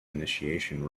initiation